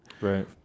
Right